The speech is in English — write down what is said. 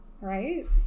right